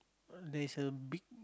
there's a big